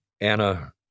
Anna